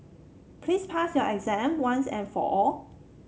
please pass your exam once and for all